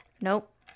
Nope